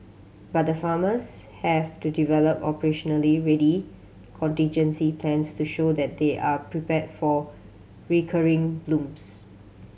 but the farmers have to develop operationally ready contingency plans to show that they are prepared for recurring blooms